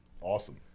awesome